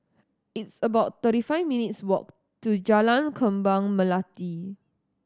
it's about thirty five minutes' walk to Jalan Kembang Melati